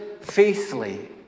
faithfully